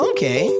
Okay